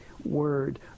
word